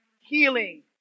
healing